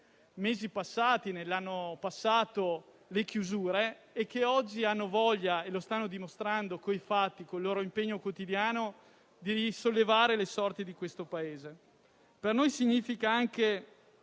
le chiusure nell'anno passato e che oggi hanno voglia - e lo stanno dimostrando con i fatti, con il loro impegno quotidiano - di risollevare le sorti del Paese. Per noi significa anche